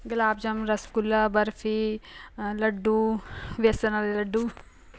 ਗੁਲਾਬ ਜਾਮਣ ਰਸਗੁੱਲਾ ਬਰਫੀ ਲੱਡੂ ਬੇਸਣ ਵਾਲੇ ਲੱਡੂ